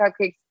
cupcakes